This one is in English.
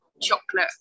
chocolate